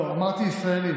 לא, אמרתי "ישראלים".